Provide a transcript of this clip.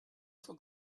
for